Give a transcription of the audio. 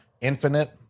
Infinite